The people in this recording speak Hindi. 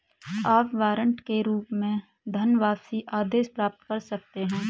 आप वारंट के रूप में धनवापसी आदेश प्राप्त कर सकते हैं